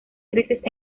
crisis